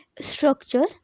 structure